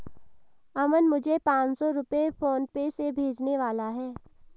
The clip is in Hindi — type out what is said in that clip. अमन मुझे पांच सौ रुपए फोनपे से भेजने वाला है